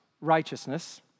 righteousness